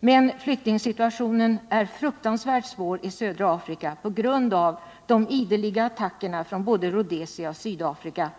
Men flyktingsituationen är fruktansvärt svår i södra Afrika på grund av de ideliga attackerna från både Rhodesia och Sydafrika.